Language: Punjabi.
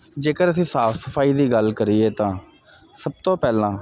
ਜੇਕਰ ਅਸੀਂ ਸਾਫ ਸਫਾਈ ਦੀ ਗੱਲ ਕਰੀਏ ਤਾਂ ਸਭ ਤੋਂ ਪਹਿਲਾਂ